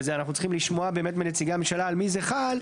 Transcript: וזה אנחנו צריכים לשמוע באמת מנציגי הממשלה על מי זה חל,